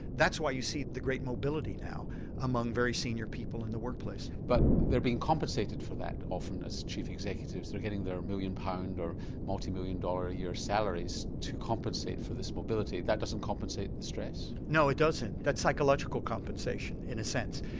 that's why you see the great mobility now among very senior people in the workplace. but they're being compensated for that often as chief executives, they're getting the million pound, or multi-million dollar a year salaries to compensate for this mobility that doesn't compensate the stress? no it doesn't, that's psychological compensation in a sense.